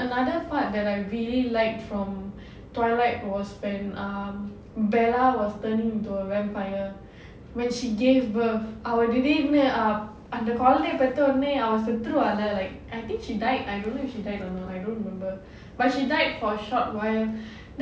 then another part that I really liked from twilight was when um bella was turning into a vampire when she gave birth அவ திடிர்னு அந்த குழந்தை பெத்த உடனே அவ செத்துருவா:ava thidirnu andha kuzhanthai petha udanae ava sethruvaa like I think she died I don't know if she died or not I don't remember but she died for a short while